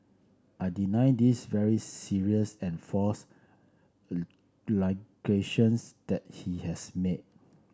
I deny this very serious and false allegations that he has made